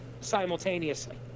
simultaneously